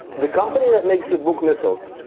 the company that makes the buk missiles,